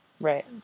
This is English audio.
Right